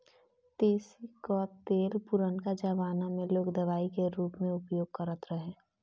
तीसी कअ तेल पुरनका जमाना में लोग दवाई के रूप में उपयोग करत रहे